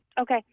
Okay